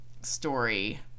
story